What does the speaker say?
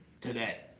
today